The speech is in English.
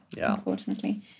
unfortunately